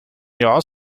jahr